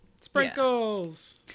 Sprinkles